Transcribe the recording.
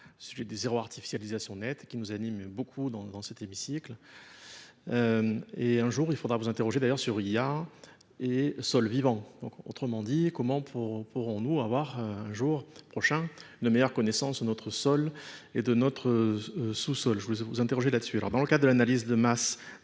sujet de zéro artificialisation nette qui nous anime beaucoup dans cet hémicycle. Et un jour, il faudra vous interroger d'ailleurs sur IA et sols vivants. Autrement dit, comment pourrons-nous avoir un jour prochain de meilleure connaissance de notre sol et de notre sous-sol ? Je voulais vous interroger là-dessus. Dans le cadre de l'analyse de masse